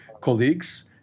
colleagues